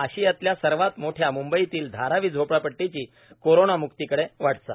आशियातल्या सर्वात मोठ्या म्ंबईतील धारावी झोपडपट्टीची कोरोंनाम्क्तीकडे वाटचाल